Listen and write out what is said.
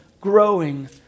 growing